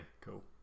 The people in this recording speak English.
cool